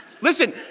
Listen